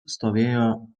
stovėjo